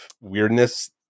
weirdness